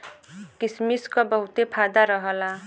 किसमिस क बहुते फायदा रहला